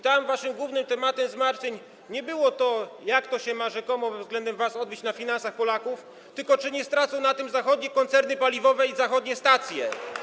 Tam waszym głównym tematem zmartwień nie było to, jak to się ma rzekomo względem was odbić na finansach Polaków, tylko czy nie stracą na tym zachodnie koncerny paliwowe i zachodnie stacje.